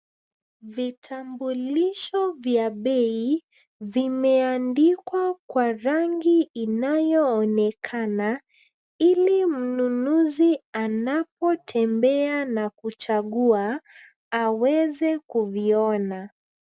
Vitambulisho vya bei vimeandikwa kwa rangi inayoonekana ili mnunuzi anapotembea na kuchagua aweze kuviona.